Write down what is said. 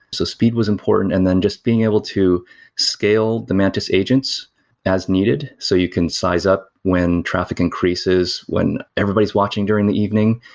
so speed was important and then just being able to scale the mantis agents as needed, so you can size up when traffic increases, when everybody's watching during the evening.